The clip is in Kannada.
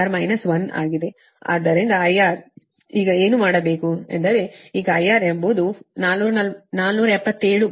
ಆದ್ದರಿಂದ IR ಆದ್ದರಿಂದ ಈಗ ಏನು ಮಾಡಬೇಕು ಎಂದರೆ ಈಗ IR ಎಂಬುದು 477